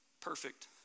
Perfect